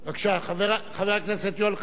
חבר הכנסת יואל חסון,